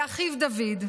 ואחיו דוד.